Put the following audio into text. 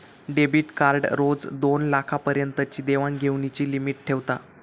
debit card रोज दोनलाखा पर्यंतची देवाण घेवाणीची लिमिट ठेवता